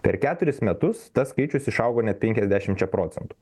per keturis metus tas skaičius išaugo net penkiasdešimčia procentų